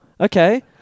Okay